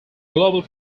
global